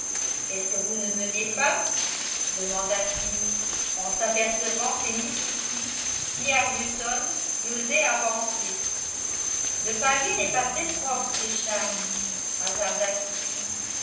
est-ce que vous ne venez pas demanda-t-il en s'apercevant que ni kitty ni arbuton n'osaient avancer le pavé n'est pas très propre richard hasarda kitty